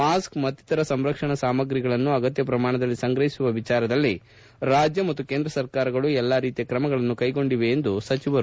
mask ಮತ್ತಿತರ ಸಂರಕ್ಷಣಾ ಸಾಮಗ್ರಿಗಳನ್ನು ಅಗತ್ತ ಪ್ರಮಾಣದಲ್ಲಿ ಸಂಗ್ರಹಿಸಿರುವ ವಿಚಾರದಲ್ಲಿ ರಾಜ್ಯ ಮತ್ತು ಕೇಂದ್ರ ಸರ್ಕಾರಗಳು ಎಲ್ಲಾ ರೀತಿಯ ಕ್ರಮಗಳನ್ನು ಕೈಗೊಂಡಿವೆ ಎಂದರು